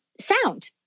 Sound